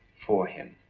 for him?